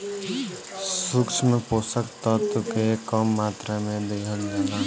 सूक्ष्म पोषक तत्व के कम मात्रा में दिहल जाला